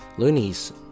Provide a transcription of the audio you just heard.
Loonies